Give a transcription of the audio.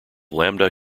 lambda